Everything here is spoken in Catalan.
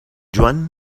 joan